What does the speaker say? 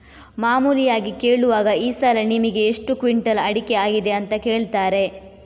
ಮಾಮೂಲಿಯಾಗಿ ಕೇಳುವಾಗ ಈ ಸಲ ನಿಮಿಗೆ ಎಷ್ಟು ಕ್ವಿಂಟಾಲ್ ಅಡಿಕೆ ಆಗಿದೆ ಅಂತ ಕೇಳ್ತಾರೆ